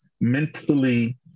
mentally